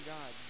God